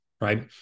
right